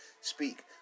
speak